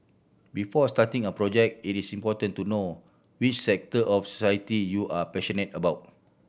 before starting a project it is important to know which sector of society you are passionate about